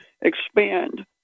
expand